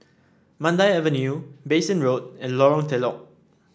Mandai Avenue Bassein Road and Lorong Telok